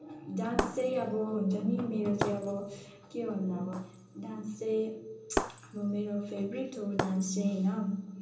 dance चाहिँ अब हुन्छ नि मेरो चाहिँ अब के भन्नु अब डान्स चाहिँ अब मेरो फेभरेट हो डान्स चाहिँ होइन